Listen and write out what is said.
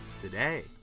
today